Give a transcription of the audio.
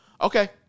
okay